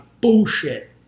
bullshit